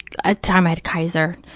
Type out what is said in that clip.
ah time, at kaiser,